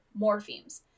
morphemes